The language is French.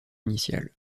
initiale